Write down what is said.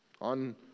on